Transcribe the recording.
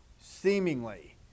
Seemingly